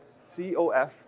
COF